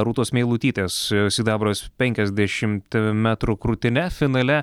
rūtos meilutytės sidabras penkiasdešimt metrų krūtine finale